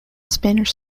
spanish